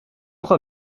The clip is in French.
trois